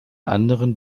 anderen